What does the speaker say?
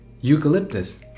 eucalyptus